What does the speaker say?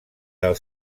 del